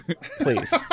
please